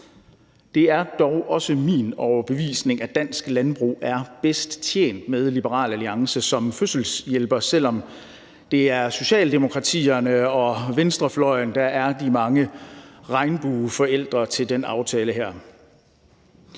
Det er dog også min overbevisning, at dansk landbrug er bedst tjent med Liberal Alliance som fødselshjælper, selv om det er Socialdemokratiet og venstrefløjen, der er de mange regnbueforældre til den aftale her.